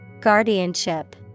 Guardianship